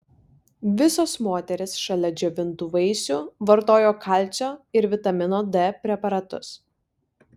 visos moterys šalia džiovintų vaisių vartojo kalcio ir vitamino d preparatus